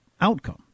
outcome